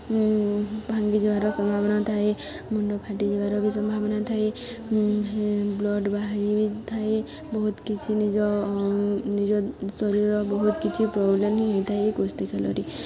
ଭାଙ୍ଗି ଯିବାର ସମ୍ଭାବନା ଥାଏ ମୁଣ୍ଡ ଫାଟି ଯିବାର ବି ସମ୍ଭାବନା ଥାଏ ବ୍ଲଡ଼୍ ବାହାରି ବି ଥାଏ ବହୁତ କିଛି ନିଜ ନିଜ ଶରୀରର ବହୁତ କିଛି ପ୍ରୋବ୍ଲେମ୍ ହିଁ ହୋଇଥାଏ ଏହି କୁସ୍ତି ଖେଳରେ